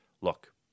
Look